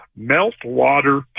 meltwater